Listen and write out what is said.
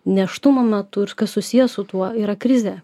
nėštumo metu ir kas susiję su tuo yra krizė